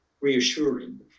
reassuring